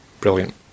brilliant